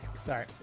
Sorry